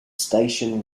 station